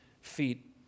feet